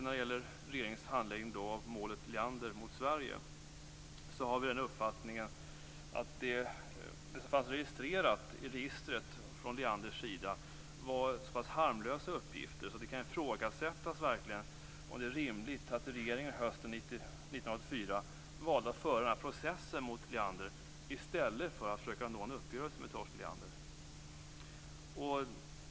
När det gäller regeringens handläggning av målet Leander mot Sverige har vi uppfattningen att det som fanns registrerat i registret när det gällde Leander var så pass harmlösa uppgifter att det kan ifrågasättas om det är rimligt att regeringen hösten 1984 valde att föra processen mot Leander i stället för att försöka nå en uppgörelse med Torsten Leander.